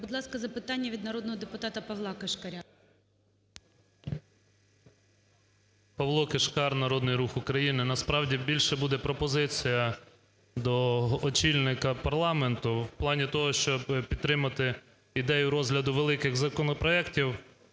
Будь ласка, запитання від народного депутата Павла Кишкаря. 10:57:54 КИШКАР П.М. Павло Кишкар, "Народний Рух України". Насправді, більше буде пропозиція до очільника парламенту в плані того, щоб підтримати ідею розгляду великих законопроектів